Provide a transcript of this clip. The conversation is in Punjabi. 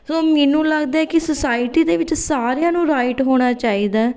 ਸੋ ਮੈਨੂੰ ਲੱਗਦਾ ਕਿ ਸੁਸਾਇਟੀ ਦੇ ਵਿੱਚ ਸਾਰਿਆਂ ਨੂੰ ਰਾਈਟ ਹੋਣਾ ਚਾਹੀਦਾ